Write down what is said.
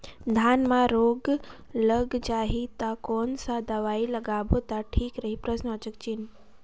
धान म रोग लग जाही ता कोन सा दवाई लगाबो ता ठीक रही?